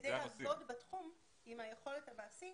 כדי לעבוד בתחום עם היכולת המעשית,